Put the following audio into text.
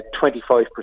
25%